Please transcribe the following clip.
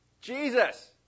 Jesus